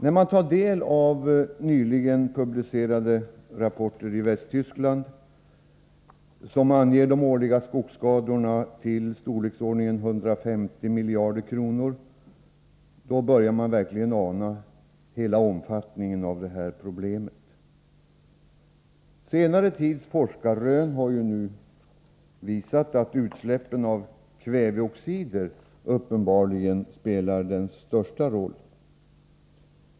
När man tar del av nyligen i Västtyskland publicerade rapporter, där de årliga skogsskadorna anges vara i storleksordningen 150 miljarder kronor, börjar man verkligen ana hela omfattningen av problemet. Senare tids forskarrön visar att utsläppen av kväveoxider uppenbarligen spelar den största rollen.